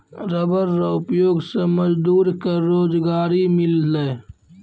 rubber रो उपयोग से मजदूर के रोजगारी मिललै